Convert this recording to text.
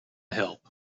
help